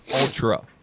ultra